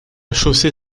chaussée